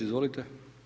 Izvolite.